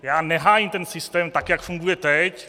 Já nehájím ten systém, tak jak funguje teď.